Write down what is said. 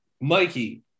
Mikey